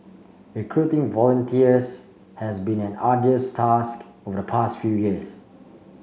recruiting volunteers has been an arduous task over the past few years